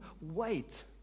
wait